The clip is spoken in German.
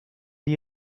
die